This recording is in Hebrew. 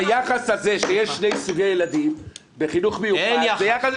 היחס הזה שיש שני סוגי ילדים בחינוך מיוחד --- אין יחס.